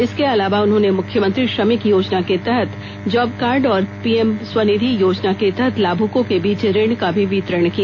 इसके अलावा उन्होंने मुख्यमंत्री श्रमिक योजना के तहत जॉब कार्ड और पीएम स्वनिधि योजना के तहत लाभुकों के बीच ऋण का भी वितरण किया